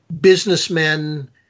businessmen